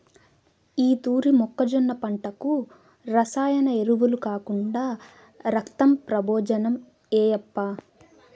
ఈ తూరి మొక్కజొన్న పంటకు రసాయన ఎరువులు కాకుండా రక్తం ప్రబోజనం ఏయప్పా